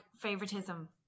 favoritism